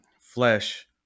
flesh